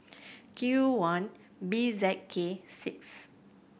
Q one B Z K six